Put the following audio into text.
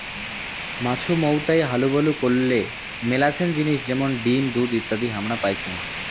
মাছুমৌতাই হালুবালু করলে মেলাছেন জিনিস যেমন ডিম, দুধ ইত্যাদি হামরা পাইচুঙ